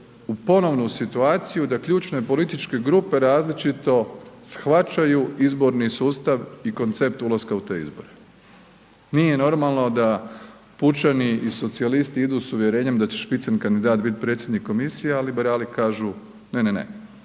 u ponovnu situaciju da ključne političke grupe različito shvaćaju izborni sustav i koncept ulaska u te izbore. Nije normalno da pučani i socijalisti idu s uvjerenjem da će spitzenkandidat biti predsjednik komisije, a liberali kažu ne, ne, ne,